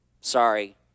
sorry